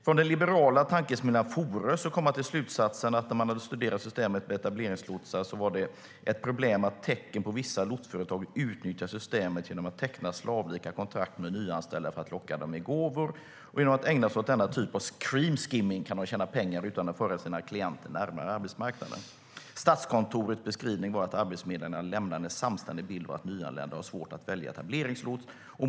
När den liberala tankesmedjan Fores hade studerat systemet med etableringslotsar kom man fram till att ett problem är tecknen på att vissa lotsföretag utnyttjar systemet genom att teckna slavlika kontrakt med nyanlända efter att ha lockat dem med gåvor. Genom att ägna sig åt denna typ av "cream skimming" kan de tjäna pengar utan att föra sina klienter närmare arbetsmarknaden. Statskontorets beskrivning var att arbetsförmedlarna lämnade en samstämmig bild av att nyanlända har svårt att välja etableringslots.